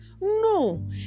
No